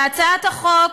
והצעת החוק,